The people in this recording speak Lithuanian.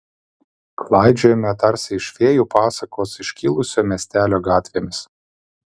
klaidžiojame tarsi iš fėjų pasakos iškilusio miestelio gatvėmis